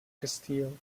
castile